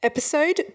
Episode